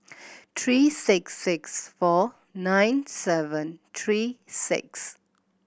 three six six four nine seven three six